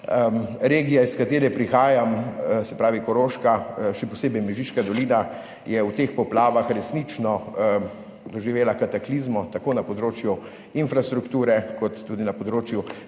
Regija, iz katere prihajam, se pravi Koroška, še posebej Mežiška dolina, je v teh poplavah resnično doživela kataklizmo, tako na področju infrastrukture kot tudi na področju